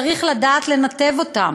וצריך לדעת לנתב אותם.